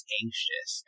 anxious